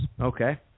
Okay